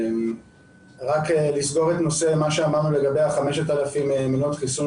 רק לסגור את הנושא של 5,000 מנות החיסון